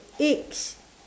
eggs